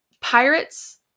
Pirates